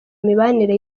mibanire